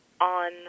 on